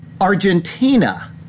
Argentina